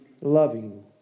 loving